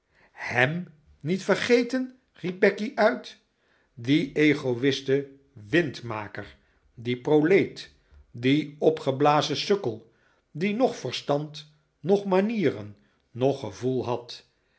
hem niet vergeten riep becky uit dien ego'fsten windmaker dien proleet dien opgeblazen sukkel die noch verstand noch manieren noch gevoel had